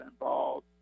involved